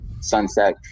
Sunset